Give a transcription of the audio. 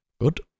Good